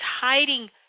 hiding